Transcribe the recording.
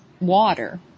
water